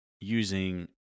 using